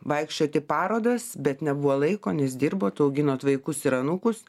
vaikščiot į parodas bet nebuvo laiko nes dirbot auginot vaikus ir anūkus